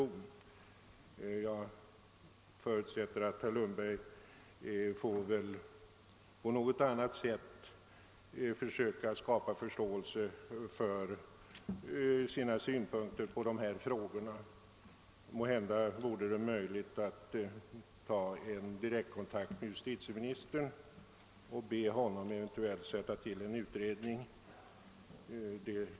Jag förutsätter att herr Lundberg på något annat sätt får försöka skapa förståelse för sina synpunkter på dessa frågor. Måhända är det lämpligaste förfarandet att ta en direkt kontakt med justitieministern och be denne att eventuellt tillsätta en utredning.